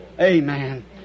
Amen